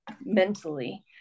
mentally